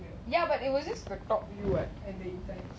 ya but it was just the top [what]